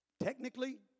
Technically